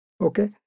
Okay